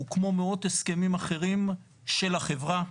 הוא כמו מאות הסכמים אחרים של החברה,